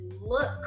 look